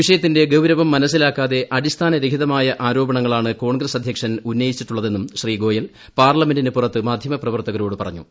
വിഷയത്തിന്റെ ഗൌരവം മനസിലാക്കാതെ അടിസ്ഥാനരഹിതമായ ആരോപണങ്ങളാണ് കോൺഗ്രസ് അധ്യക്ഷൻ ഉന്നയിച്ചിട്ടുള്ളതെന്നും ശ്രീ ഗോയൽ പാർലമെന്റിന് പുറത്ത് മാധ്യമപ്രവർത്തകരോട് പറഞ്ഞു